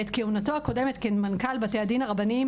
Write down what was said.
בעת כהונתו הקודמת כמנכ"ל בתי הדין הרבניים